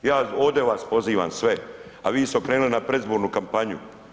Ja ovdje vas pozivam sve a vi ste okrenuli na predizbornu kampanju.